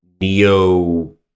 Neo